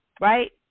right